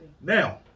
now